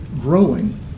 growing